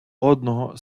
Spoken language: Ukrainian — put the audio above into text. одного